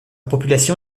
population